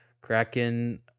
Kraken